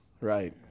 Right